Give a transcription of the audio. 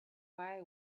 away